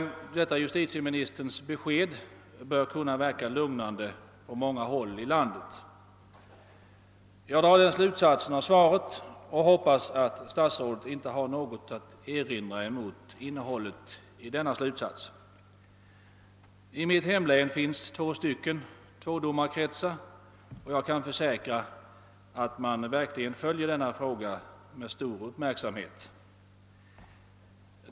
Justitieministerns besked bör kunna verka lugnande på många håll i landet. Jag drar denna slutsats av svaret och hoppas att statsrådet inte har något att erinra däremot. I mitt hemlän finns två tvådomarkretsar, och jag kan försäkra att man verkligen följer denna fråga med stor uppmärksamhet.